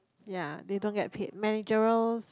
yea they don't get paid managerials